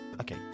Okay